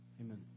Amen